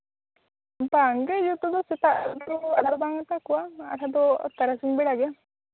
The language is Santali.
ᱵᱟᱝ ᱜᱮ ᱡᱚᱛᱚ ᱜᱮ ᱥᱮᱛᱟᱜ ᱫᱚ ᱵᱟᱝ ᱟᱛᱟ ᱠᱚᱣᱟ ᱟᱫᱷᱟ ᱫᱚ ᱛᱟᱨᱟᱥᱤᱧ ᱵᱮᱲᱟ ᱜᱮ